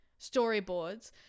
storyboards